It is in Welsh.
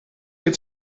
gen